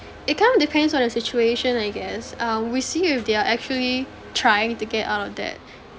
it kind of depends on the situation I guess um we see if they are actually trying to get out of debt